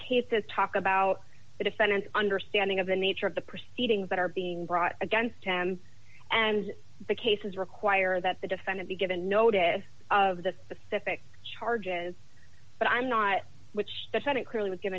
cases talk about the defendant's understanding of the nature of the proceedings that are being brought against him and the cases require that the defendant be given notice of the specific charges but i'm not which defendant clearly was g